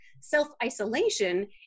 Self-isolation